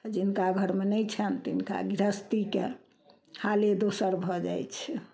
आओर जिनका घरमे नहि छनि तिनका गृहस्थीके हाले दोसर भऽ जाइ छै